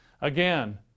Again